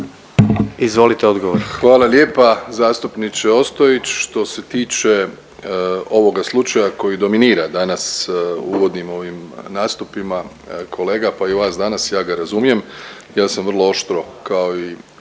Andrej (HDZ)** Hvala lijepa zastupniče Ostojić. Što se tiče ovoga slučaja koji dominira danas u uvodnim ovim nastupima kolega, pa i vas danas, ja ga razumijem, ja sam vrlo oštro, kao i